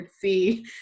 see